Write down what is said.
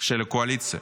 של הקואליציה: